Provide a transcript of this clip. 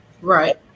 Right